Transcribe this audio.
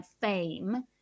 fame